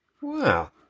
Wow